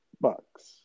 bucks